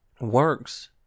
Works